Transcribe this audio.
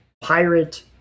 pirate